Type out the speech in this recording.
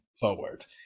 forward